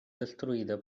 destruïda